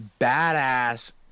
badass